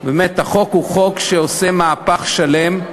באמת החוק הוא חוק שעושה מהפך שלם.